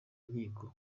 nkiko